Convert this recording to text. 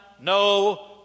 no